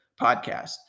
podcast